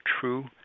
true